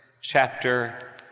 chapter